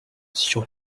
sur